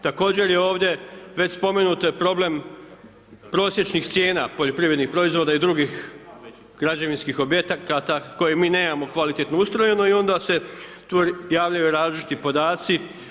Također je ovdje, već spomenuto je problem prosječnih cijena poljoprivrednih proizvoda i drugih građevinskih objekata koje mi nemamo kvalitetno ustrojeno i onda se tu javljaju različiti podaci.